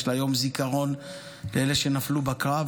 יש לה יום זיכרון לאלה שנפלו בקרב,